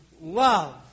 love